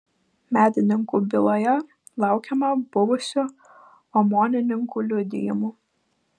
medininkų byloje laukiama buvusių omonininkų liudijimų